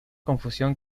confusión